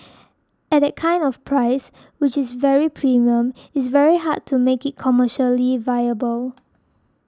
at that kind of price which is very premium it's very hard to make it commercially viable